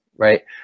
right